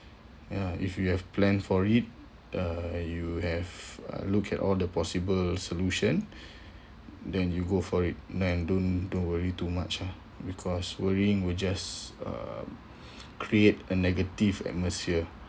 ya if you have planned for it uh you have uh looked at all the possible solution then you go for it then don't don't worry too much ah because worrying would just uh create a negative atmosphere